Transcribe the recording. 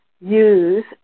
Use